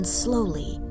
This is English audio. slowly